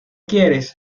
quieres